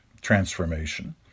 transformation